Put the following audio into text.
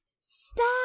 Stop